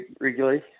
regularly